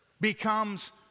becomes